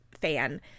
fan